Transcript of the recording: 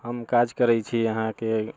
हम काज करै छी अहाँके